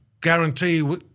guarantee